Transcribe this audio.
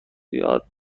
یاد